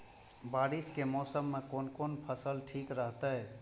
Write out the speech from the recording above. बारिश के मौसम में कोन कोन फसल ठीक रहते?